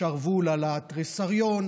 שרוול על התריסריון,